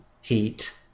heat